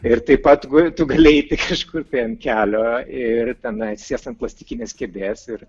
ir taip pat gul tu gali kažkur tai ant kelio ir tenai atsisėst ant plastikinės kėdės ir